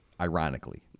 ironically